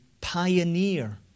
pioneer